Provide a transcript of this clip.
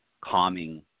calming